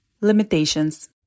Limitations